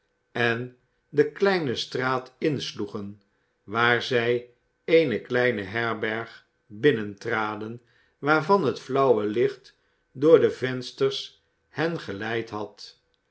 en de kleine straat insloegen waar zij eene kleine herberg binnentraden waarvan het flauwe licht door de vensters hen geleid had